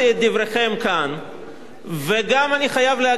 וגם, אני חייב להגיד, במשך כל השבועות האחרונים,